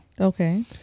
Okay